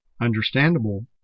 Understandable